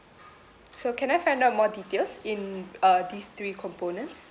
so can I find out more details in uh these three components